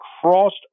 crossed